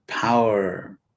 power